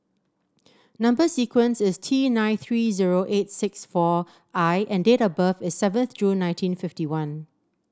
number sequence is T seven nine three zero eight six four I and date of birth is seventh June nineteen fifty one